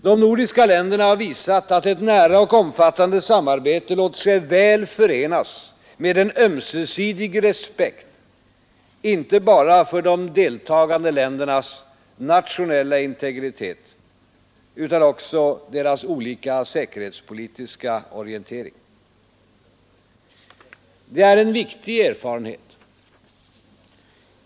De nordiska länderna har visat, att ett nära och omfattande samarbete låter sig väl förenas med en ömsesidig respekt inte bara för de deltagande ländernas nationella integritet utan också för deras olika säkerhetspolitiska orientering. Det är en viktig erfarenhet.